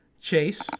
Chase